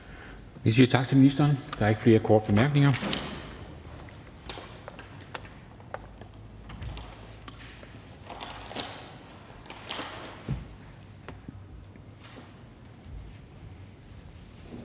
Vi siger tak til ministeren. Der er ikke flere korte bemærkninger.